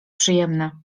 przyjemne